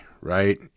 right